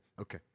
Okay